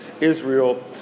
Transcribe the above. Israel